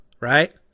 right